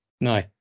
No